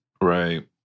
right